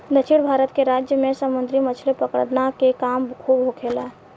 दक्षिण भारत के राज्य में समुंदरी मछली पकड़ला के काम खूब होखेला